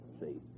See